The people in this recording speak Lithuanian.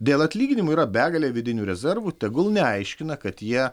dėl atlyginimų yra begalė vidinių rezervų tegul neaiškina kad jie